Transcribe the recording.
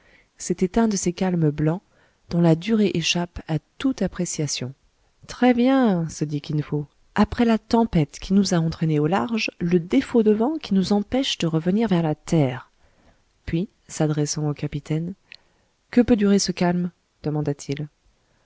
c'était un de ces calmes blancs dont la durée échappe à toute appréciation très bien se dit kin fo après la tempête qui nous a entraînés au large le défaut de vent qui nous empêche de revenir vers la terre puis s'adressant au capitaine que peut durer ce calme demandat il